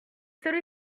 celui